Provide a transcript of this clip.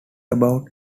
about